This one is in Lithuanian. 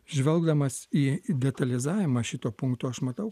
žvelgdamas į detalizavimą šito punkto aš matau